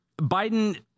Biden